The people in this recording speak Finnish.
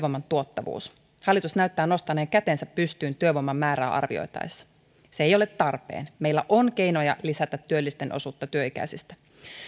tuottavuus hallitus näyttää nostaneen kätensä pystyyn työvoiman määrää arvioitaessa se ei ole tarpeen meillä on keinoja lisätä työllisten osuutta työikäisistä